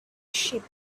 sheep